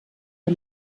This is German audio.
der